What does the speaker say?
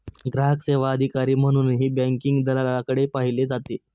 ग्राहक सेवा अधिकारी म्हणूनही बँकिंग दलालाकडे पाहिले जाते